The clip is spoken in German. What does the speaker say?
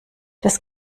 das